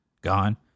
gone